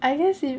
I guess if